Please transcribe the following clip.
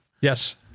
Yes